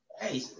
hey